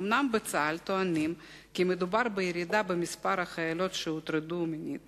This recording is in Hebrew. אומנם בצה"ל טוענים כי מדובר בירידה במספר החיילות שהוטרדו מינית